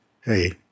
hey